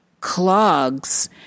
clogs